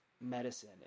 medicine